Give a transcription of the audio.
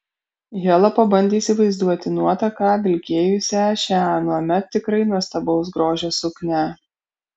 hela pabandė įsivaizduoti nuotaką vilkėjusią šią anuomet tikrai nuostabaus grožio suknią